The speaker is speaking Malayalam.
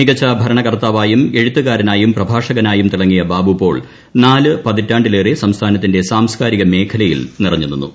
മികച്ച ഭരണകർത്താവായും എഴുത്തുകാരനായും പ്രഭാഷകനായും തിളങ്ങിയ ബാബുപോൾ നാല് പതിറ്റാണ്ടിലേറെ സംസ്ഥാനത്തിന്റെ സാംസ്ക്കാരിക മേഖലയിൽ നിറഞ്ഞുനിന്നു